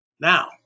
Now